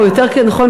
או יותר נכון,